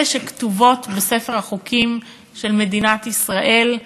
אלה שכתובות בספר החוקים של מדינת ישראל,